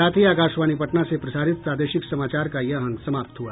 इसके साथ ही आकाशवाणी पटना से प्रसारित प्रादेशिक समाचार का ये अंक समाप्त हुआ